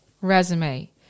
resume